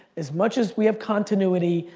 as much as we have continuity,